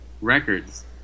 records